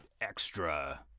extra